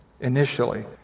initially